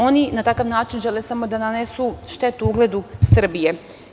Oni na takav način žele samo da nanesu štetu ugledu Srbije.